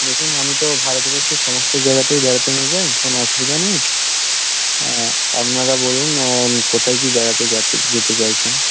দেখুন আমি তো ভারতবর্ষের সমস্ত জায়গাতেই বেড়াতে নিয়ে যাই কোনো অসুবিধা নেই আপনারা বলুন কোথায় কী বেড়াতে যেতে চাইছেন